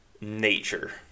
nature